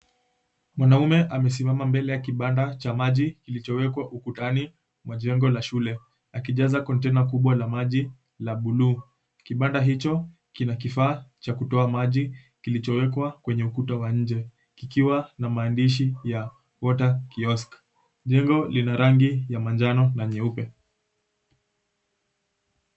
Mwanaume amesimama mbele ya kibanda cha maji kilichowekwa ukutani mwa jengo la shule, akijaza container kubwa la maji la blue . Kibanda hicho kina kifaa cha kutoa maji kilichowekwa kwenye ukuta wa nje, kikiwa na maandishi ya 'Water Kiosk'. Jengo lina rangi ya manjano na nyeupe.